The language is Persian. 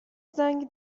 زنگ